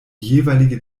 jeweilige